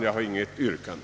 Jag har inte något yrkande.